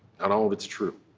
not all of it's true.